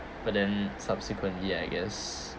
but then subsequently I guess